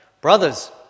Brothers